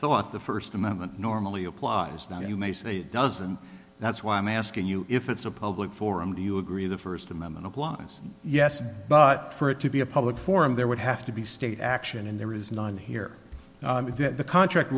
thought the first amendment normally applies now you may say it doesn't that's why i'm asking you if it's a public forum do you agree the first amendment applies yes but for it to be a public forum there would have to be state action and there is none here that the contract